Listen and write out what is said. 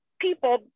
people